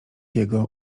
jego